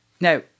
Now